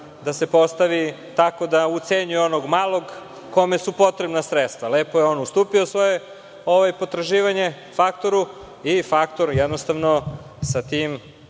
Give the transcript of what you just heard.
da se postavi tako da ucenjuje onog malog kome su potrebna sredstva. On je ustupio svoje potraživanje faktoru i faktor sa tim